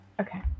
Okay